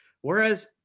Whereas